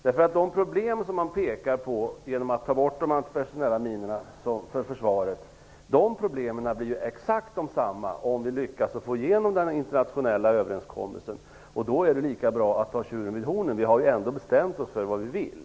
De problem för försvaret som man pekar på som uppstår om vi tar bort de antipersonella minorna blir exakt desamma om vi lyckas få igenom den internationella överenskommelsen. Då är det lika bra att ta tjuren vid hornen. Vi har ju ändå bestämt oss för vad vi vill.